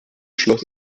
schloss